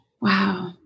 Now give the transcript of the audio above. Wow